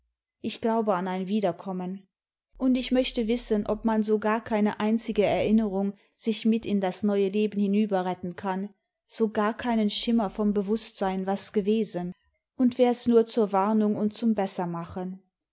ich glaube an ein wiederkommen und ich möchte wissen ob man so gar keine einzige erinnerung sich mit in das neue leben hinüberretten kann so gar keinen schimmer vom bewußtsein was gewesen und wär's nur zur warnung und zum bessermachen